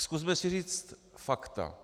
Zkusme si říct fakta.